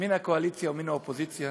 מן הקואליציה ומן האופוזיציה,